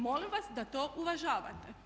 Molim vas da to uvažavate.